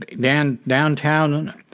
downtown